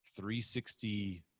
360